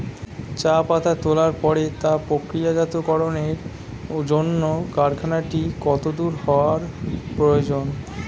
চা পাতা তোলার পরে তা প্রক্রিয়াজাতকরণের জন্য কারখানাটি কত দূর হওয়ার প্রয়োজন?